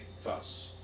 fuss